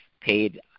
paid